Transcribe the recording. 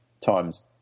times